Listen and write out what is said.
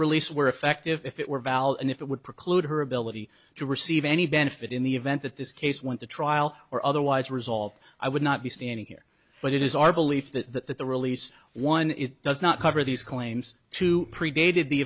release were effective if it were valid and if it would preclude her ability to receive any benefit in the event that this case went to trial or otherwise resolved i would not be standing here but it is our belief that the release one is does not cover these claims to predated the